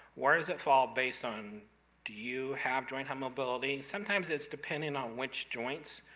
where does it fall based on do you have joint hypermobility? sometimes it's depending on which joints.